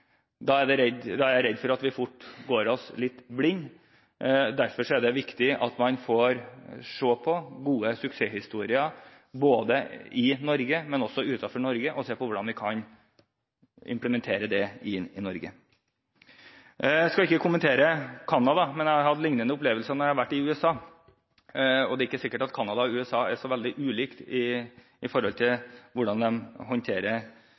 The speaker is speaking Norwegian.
Da er jeg redd for at vi fort vil famle litt i blinde. Derfor er det viktig at man ser på gode suksesshistorier både i Norge og utenfor Norge, og ser på hvordan vi kan implementere det i Norge. Jeg skal ikke kommentere Canada, men jeg hadde liknende opplevelser da jeg var i USA, og det er ikke sikkert at Canada og USA er så veldig ulike når det gjelder hvordan de håndterer